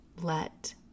let